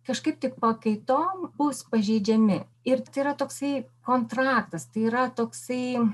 kažkaip taip pakaitom bus pažeidžiami ir tai yra toksai kontraktas tai yra toksai